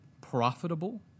profitable